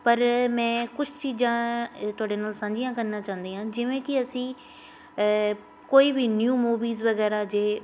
ਪਰ ਮੈਂ ਕੁਛ ਚੀਜ਼ਾਂ ਤੁਹਾਡੇ ਨਾਲ ਸਾਂਝੀਆਂ ਕਰਨਾ ਚਾਹੁੰਦੀ ਹਾਂ ਜਿਵੇਂ ਕਿ ਅਸੀਂ ਕੋਈ ਵੀ ਨਿਊ ਮੂਵੀਜ਼ ਵਗੈਰਾ ਜੇ